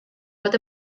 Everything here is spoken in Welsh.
bod